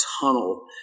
tunnel